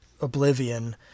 oblivion